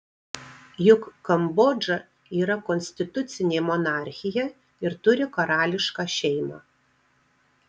juk kambodža yra konstitucinė monarchija ir turi karališką šeimą